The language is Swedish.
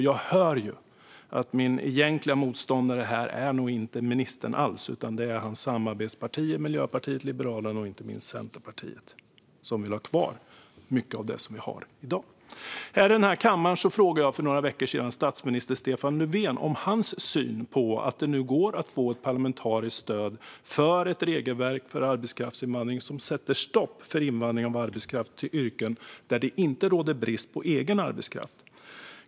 Jag hör ju att min egentliga motståndare nog inte alls är ministern utan hans samarbetspartier Miljöpartiet, Liberalerna och, inte minst, Centerpartiet, som vill ha kvar mycket av det vi har i dag. Här i denna kammare frågade jag för några veckor sedan statsminister Stefan Löfven om hans syn på att det nu går att få ett parlamentariskt stöd för ett regelverk för arbetskraftsinvandring som sätter stopp för invandring av arbetskraft till yrken där det inte råder brist på egen arbetskraft.